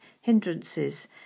hindrances